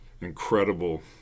incredible